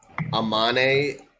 Amane